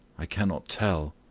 i cannot tell.